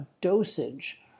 dosage